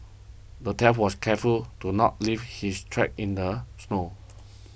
the was careful to not leave his tracks in the snow